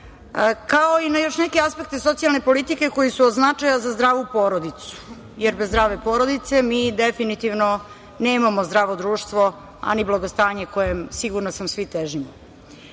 kao i na još neke aspekte socijalne politike koji su od značaja za zdravu porodicu, jer bez zdrave porodice mi definitivno nemamo zdravo društvo, a ni blagostanje kojem, sigurna sam, svi težimo. Cilj